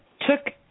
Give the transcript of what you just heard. took